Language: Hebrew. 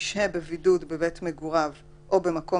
1940 ישהה בבידוד בבית מגוריו או במקום